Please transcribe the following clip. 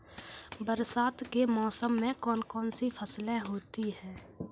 बरसात के मौसम में कौन कौन सी फसलें होती हैं?